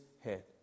head